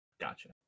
Gotcha